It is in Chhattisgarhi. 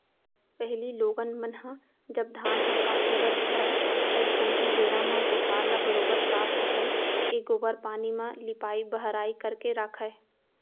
पहिली लोगन मन ह जब धान ह पाके बर धरय अइसनहे बेरा म कोठार ल बरोबर साफ सफई ए गोबर पानी म लिपाई बहराई करके राखयँ